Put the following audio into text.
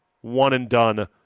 one-and-done